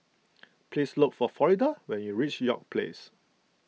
please look for Florida when you reach York Place